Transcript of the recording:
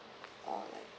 uh